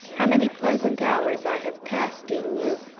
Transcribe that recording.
how many pleasant hours i have passed in you,